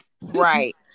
Right